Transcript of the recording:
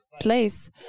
place